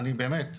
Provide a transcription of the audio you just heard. באמת,